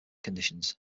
conditions